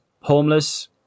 homeless